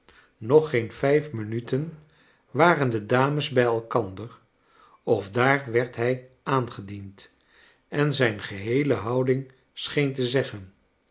nog geen vijf minuten kleine dorrit waren de dames bij elkaar of daar werd hij aangediend en zijn geheele houding scheen te zeggen